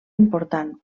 important